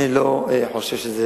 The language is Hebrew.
אני לא חושב שזה